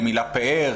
עם הילה פאר,